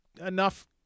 enough